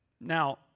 Now